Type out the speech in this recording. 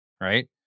right